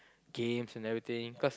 games and everything cause